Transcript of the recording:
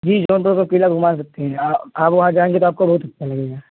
जी जौनपुर का क़िला घुमा सकते हैं आप आप वहाँ जाएँगी तो आपको बहुत अच्छा लगेगा